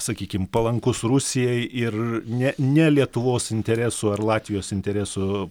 sakykim palankus rusijai ir ne ne lietuvos interesų ar latvijos interesų